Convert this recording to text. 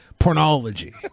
pornology